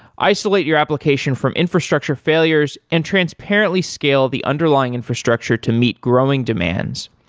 isolate your application from infrastructure failures and transparently scale the underlying infrastructure to meet growing demands,